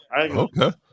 Okay